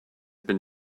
been